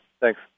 Thanks